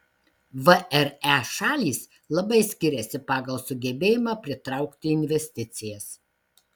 vre šalys labai skiriasi pagal sugebėjimą pritraukti investicijas